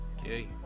Okay